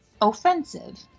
offensive